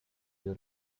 your